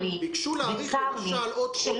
ביקשו להאריך בעוד חודש או חודשיים.